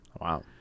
Wow